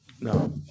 No